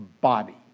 body